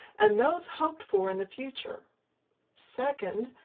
and those hoped for in the future second,